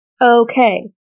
Okay